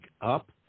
up